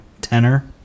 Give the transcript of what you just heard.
tenor